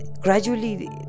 gradually